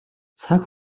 цаг